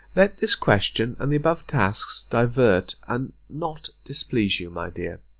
let this question, and the above tasks, divert, and not displease you, my dear.